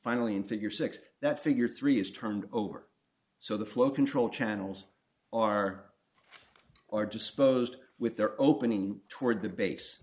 finally in figure six that figure three is turned over so the flow control channels are or disposed with their opening toward the base